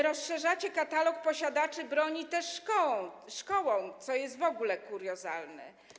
Rozszerzacie katalog posiadaczy broni też o szkoły, co jest w ogóle kuriozalne.